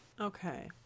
Okay